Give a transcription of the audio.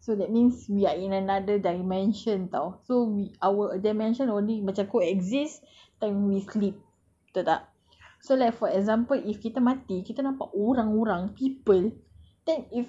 so that means we are in another dimension [tau] so our dimension only macam co-exist time we sleep betul tak so like for example if kita mati kita nampak orang-orang people then if